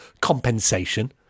compensation